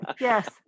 Yes